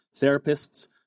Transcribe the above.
therapists